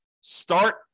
Start